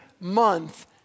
month